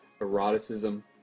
Eroticism